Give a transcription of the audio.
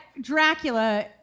Dracula